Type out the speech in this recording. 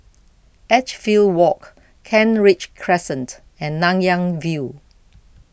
Edgefield Walk Kent Ridge Crescent and Nanyang View